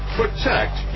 protect